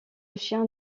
chien